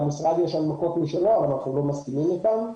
למשרד יש הנמקות משלו אבל אנחנו לא מסכימים אתם.